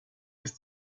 ist